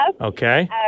Okay